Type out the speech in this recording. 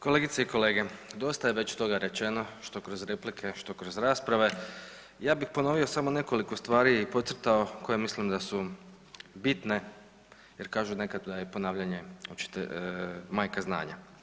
Kolegice i kolege, dosta je već toga rečeno što kroz replike, što kroz rasprave, ja bih ponovio samo nekoliko stvari i podcrtao koje mislim da su bitne jer kažu nekad da je ponavljanje majka znanja.